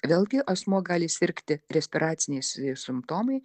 vėlgi asmuo gali sirgti respiraciniais simptomai